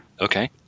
Okay